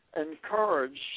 encourage